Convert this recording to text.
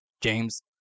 James